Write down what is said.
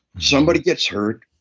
somebody gets hurt,